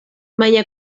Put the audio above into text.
baina